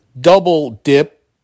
double-dip